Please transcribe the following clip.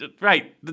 right